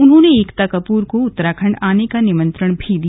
उन्होंने एकता कपूर को उत्तराखंड आने का निमंत्रण दिया